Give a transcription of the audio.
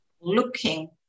looking